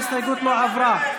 ההסתייגות לא עברה.